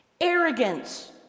Arrogance